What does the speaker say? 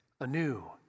anew